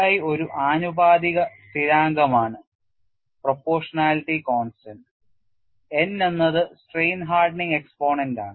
Ki ഒരു ആനുപാതികത സ്ഥിരാങ്കമാണ് n എന്നത് സ്ട്രെയിൻ ഹാർഡനിങ് എക്സ്പോണന്റാണ്